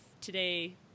today